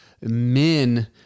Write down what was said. men